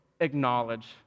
acknowledge